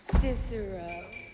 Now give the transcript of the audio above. Cicero